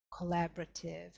collaborative